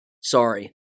Sorry